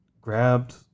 grabbed